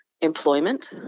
employment